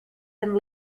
and